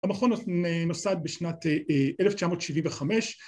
המכון נוסד בשנת 1975